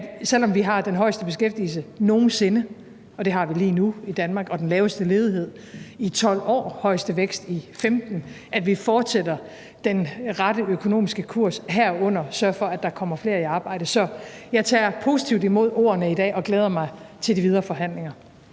selv om vi har den højeste beskæftigelse nogen sinde – og lige nu har vi i Danmark den laveste ledighed i 12 år og den højeste vækst i 15 år – fortsætter vi den rette økonomiske kurs, herunder at vi sørger for, at der kommer flere i arbejde. Så jeg tager positivt imod ordene i dag og glæder mig til de videre forhandlinger.